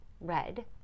red